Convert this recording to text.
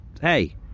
hey